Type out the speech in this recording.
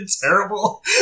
terrible